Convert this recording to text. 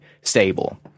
stable